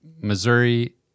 Missouri